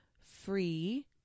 free